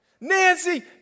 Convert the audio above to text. Nancy